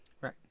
Right